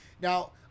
Now